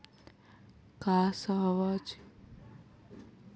Cassava చిప్స్ను ఎండబెట్టడానికి ఏ విధమైన ఎండబెట్టడం పద్ధతులు ఉత్తమంగా ఉంటాయి?